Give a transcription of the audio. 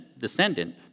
descendant